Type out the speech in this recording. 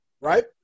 right